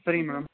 சரிங்க மேடம்